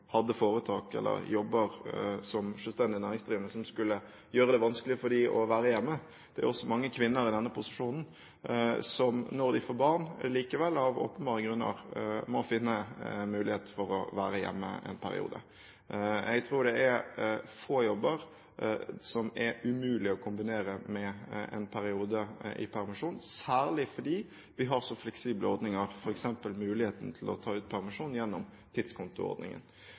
hadde foretak eller jobber som selvstendig næringsdrivene, som skulle gjøre det vanskelig for dem å være hjemme. Det er også mange kvinner i denne posisjonen som når de får barn, allikevel, av åpenbare grunner, må finne mulighet for å være hjemme i en periode. Jeg tror det er få jobber som er umulig å kombinere med en periode i permisjon, særlig fordi vi har så fleksible ordninger, f.eks. muligheten for å ta ut permisjon gjennom tidskontoordningen.